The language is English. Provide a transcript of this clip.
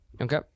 Okay